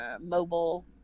mobile